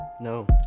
No